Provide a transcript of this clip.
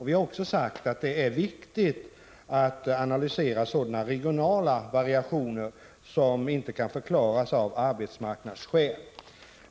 Vi har också sagt att det är viktigt att analysera sådana regionala variationer som inte kan förklaras av arbetsmarknadsskäl.